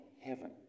heaven